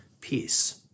peace